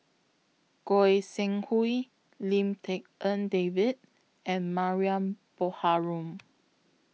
Goi Seng Hui Lim Tik En David and Mariam Baharom